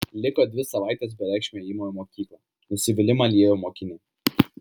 liko dvi savaitės bereikšmio ėjimo į mokyklą nusivylimą liejo mokinė